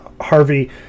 Harvey